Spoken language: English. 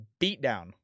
beatdown